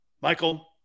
Michael